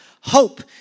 hope